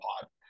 pod